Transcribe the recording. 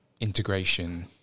integration